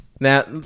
Now